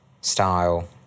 style